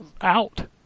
Out